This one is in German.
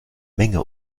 menge